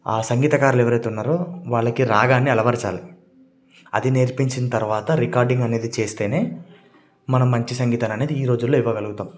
ఆ సంగీతకారులు ఎవరైతే ఉన్నారో వాళ్ళకి రాగాన్ని అలవరచాలి అది నేర్పించిన తరవాత రికార్డింగ్ అనేది చేస్తేనే మనం మంచి సంగీతాన్ని అనేది ఈ రోజుల్లో ఇవ్వగలుగుతాం